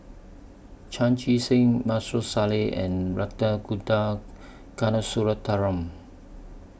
Chan Chee Seng Maarof Salleh and Ragunathar Kanagasuntheram